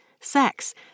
sex